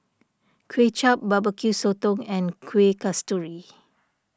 Kuay Chap Barbecue Sotong and Kuih Kasturi